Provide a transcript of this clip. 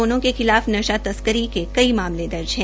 दोनों के खिलाफ नशा तस्करी के कई मामले दर्ज है